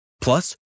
Plus